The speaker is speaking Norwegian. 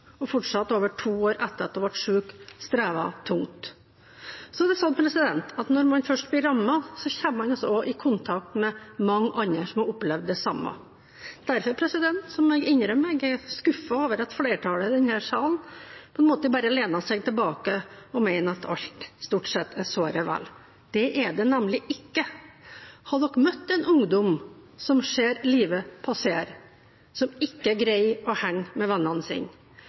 som fortsatt – over to år etter at hun ble syk – strever tungt. Så er det sånn at når man først blir rammet, kommer man også i kontakt med mange andre som har opplevd det samme. Derfor må jeg innrømme at jeg er skuffet over at flertallet i denne salen på en måte bare lener seg tilbake og mener at alt stort sett er såre vel. Det er det nemlig ikke. Har dere møtt en ungdom som ser livet passere, som ikke greier å henge med